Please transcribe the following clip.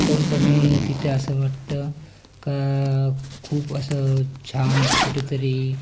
उत्तमपणे तिथे असं वाटतं का खूप असं छान कुठंतरी